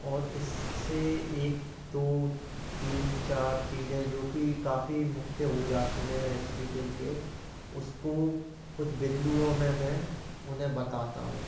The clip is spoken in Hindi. और इससे एक दो तीन चार चीजें जो की काफ़ी मुख्य हो जाती हैं रेसिपी के लिए उसको कुछ बिन्दुओं में मैं उन्हें बताता हूँ